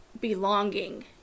belonging